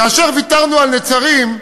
כאשר ויתרנו על נצרים,